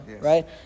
right